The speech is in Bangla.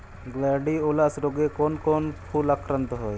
গ্লাডিওলাস রোগে কোন কোন ফুল আক্রান্ত হয়?